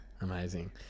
Amazing